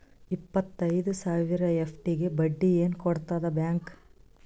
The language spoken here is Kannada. ಇಪ್ಪತ್ತೈದು ಸಾವಿರ ಎಫ್.ಡಿ ಗೆ ಬಡ್ಡಿ ಏನ ಕೊಡತದ ಬ್ಯಾಂಕ್?